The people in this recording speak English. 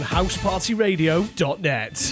HousePartyRadio.net